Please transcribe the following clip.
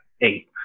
eight